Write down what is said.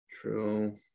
True